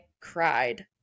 cried